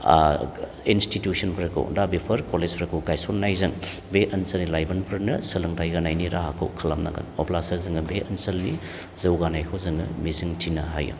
ओ इन्सटिटिउसनफोरखौ दा बेफोर कलेजफोरजों गायसननायजों बे ओनसोलनि लाइमोनफोरनो सोलोंथाय होनायनि राहाखौ खालाम नांगोन अब्लासो जोङो बे ओनसोलनि जौगानायखौ जोङो मिजिं थिनो हायो